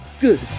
good